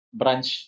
branch